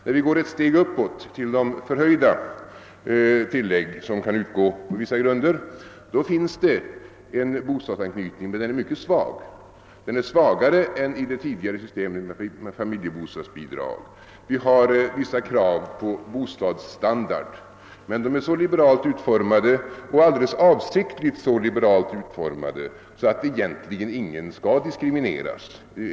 När vi går ett steg uppåt till de förhöjda tillägg som kan utgå efter vissa grunder finns det en bostadsanknytning, men den är mycket svag; den är svagare än i det tidigare systemet med familjebostadsbidrag. Vi har vissa krav på bostadsstandard, men dessa är så liberalt utformade — och det har skett alldeles avsiktligt — att egentligen ingen skall diskrimineras.